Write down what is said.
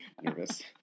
Nervous